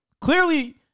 Clearly